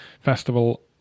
festival